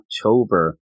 October